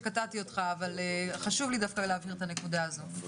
שקטעתי אותך אבל חשוב לי דווקא להבהיר את הנקודה הזאת.